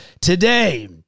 today